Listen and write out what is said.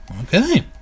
Okay